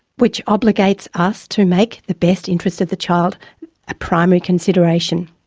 which obligates us to make the best interests of the child a primary consideration.